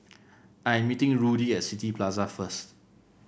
I'm meeting Rudy at City Plaza first